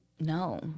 no